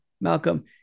Malcolm